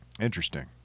Interesting